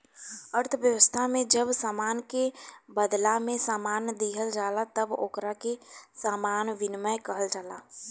अर्थव्यवस्था में जब सामान के बादला में सामान दीहल जाला तब ओकरा के सामान विनिमय कहल जाला